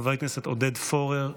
חבר הכנסת עודד פורר,